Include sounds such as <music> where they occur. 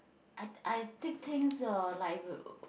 I I take things uh like <noise>